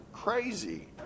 crazy